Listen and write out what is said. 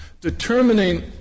Determining